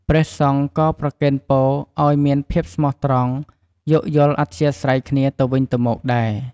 ព្រះសង្ឃក៏ប្រគេនពរឲ្យមានភាពស្មោះត្រង់ យោគយល់អធ្យាស្រ័យគ្នាទៅវិញទៅមកដែរ។